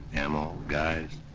ammo, guys.